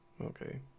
Okay